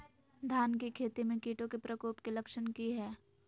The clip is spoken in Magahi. धान की खेती में कीटों के प्रकोप के लक्षण कि हैय?